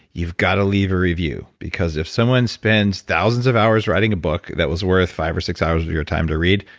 you've got to leave a review, because if someone spends thousands of hours writing a book that was worth five or six hours of your time to read,